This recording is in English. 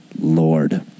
Lord